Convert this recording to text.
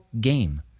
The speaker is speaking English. game